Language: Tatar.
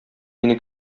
мине